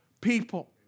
people